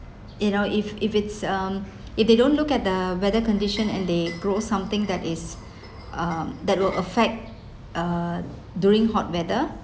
you know if if it's um if they don't look at the weather condition and they grow something that is uh that will affect uh during hot weather